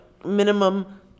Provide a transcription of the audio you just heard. minimum